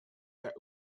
that